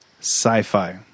Sci-fi